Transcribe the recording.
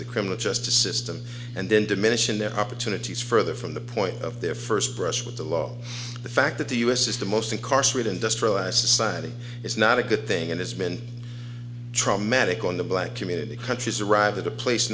the criminal justice system and then diminishing their opportunities further from the point of their first brush with the law the fact that the us is the most incarcerate industrialized society is not a good thing and has been traumatic on the black community countries arrive at a place